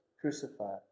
crucified